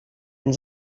ens